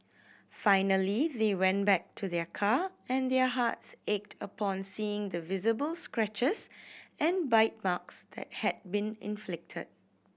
finally they went back to their car and their hearts ached upon seeing the visible scratches and bite marks that had been inflicted